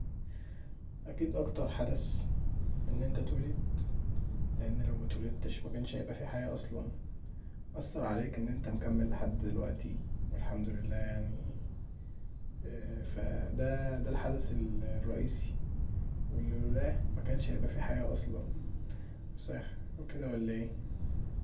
اكيد اكتر حدث ان انت اتولدت، لان لو متولدتش مكانش هيبقي فيه حياه اصلا، اثر عليك ان انت مكمل لحد دلوقتي الحمدلله يعني فدا الحدث الرئيسي واللي لولاه مكانش هيبقي فيه حياه أصلا، مش كدا ولا ايه؟